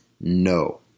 No